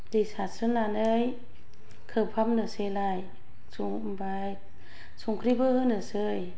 दै सारस्रोनानै खोबहाबनोसैलाय संबाय संख्रिबो होनोसै